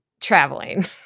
traveling